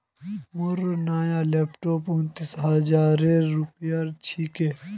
मोर नया लैपटॉप उन्नीस हजार रूपयार छिके